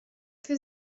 für